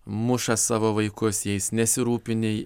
muša savo vaikus jais nesirūpini